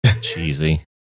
Cheesy